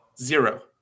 Zero